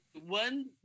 One